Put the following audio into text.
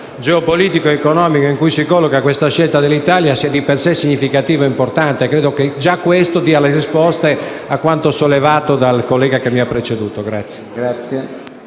Grazie